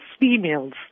females